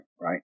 right